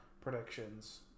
predictions